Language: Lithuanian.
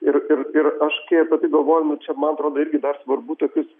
ir ir ir aš kai apie tai galvoju nu čia man atrodo irgi dar svarbu tokius